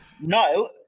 No